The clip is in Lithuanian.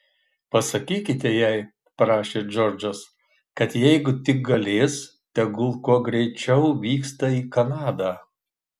pasakykite jai prašė džordžas kad jeigu tik galės tegul kuo greičiau vyksta į kanadą